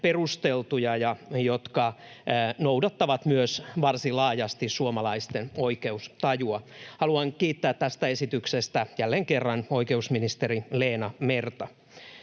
perusteltuja ja jotka noudattavat myös varsin laajasti suomalaisten oikeustajua. Haluan kiittää tästä esityksestä jälleen kerran oikeusministeri Leena Merta.